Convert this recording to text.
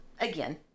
again